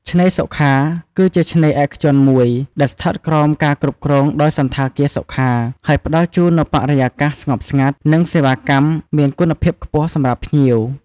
ឆ្នេរសុខា គឺជាឆ្នេរឯកជនមួយ ដែលស្ថិតក្រោមការគ្រប់គ្រងដោយសណ្ឋាគារសុខា ហើយផ្តល់ជូននូវបរិយាកាសស្ងប់ស្ងាត់ និងសេវាកម្មមានគុណភាពខ្ពស់សម្រាប់ភ្ញៀវ។